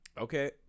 Okay